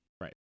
Right